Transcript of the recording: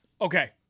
Okay